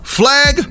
flag